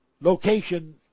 location